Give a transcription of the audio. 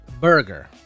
burger